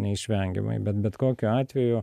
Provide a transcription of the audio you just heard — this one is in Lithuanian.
neišvengiamai bet bet kokiu atveju